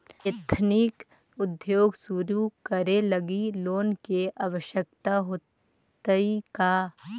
Ethnic उद्योग शुरू करे लगी लोन के आवश्यकता होतइ का?